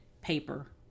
paper